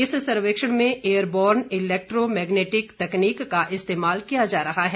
इस सर्वेक्षण में एयरबॉर्न इलैक्ट्रो मैग्नेटिक तकनीक का इस्तेमाल किया जा रहा है